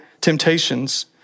temptations